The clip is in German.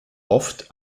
oft